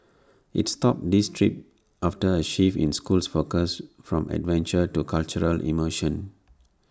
IT stopped these trips after A shift in school's focus from adventure to cultural immersion